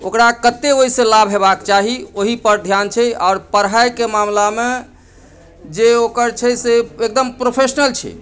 ओकरा कत्ते ओहि सॅं लाभ हेबाक चाही ओहि पर ध्यान छै आओर पढ़ाइ के मामला मे जे ओकर छै से एकदम प्रोफेशनल छै